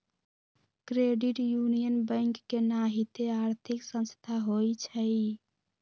credit union bank के नाहिते आर्थिक संस्था होइ छइ